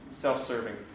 self-serving